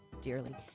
dearly